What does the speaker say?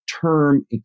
term